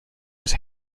was